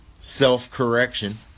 Self-correction